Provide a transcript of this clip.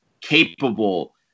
capable